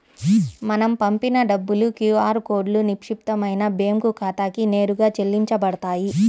మనం పంపిన డబ్బులు క్యూ ఆర్ కోడ్లో నిక్షిప్తమైన బ్యేంకు ఖాతాకి నేరుగా చెల్లించబడతాయి